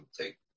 take